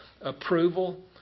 approval